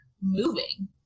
moving